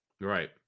Right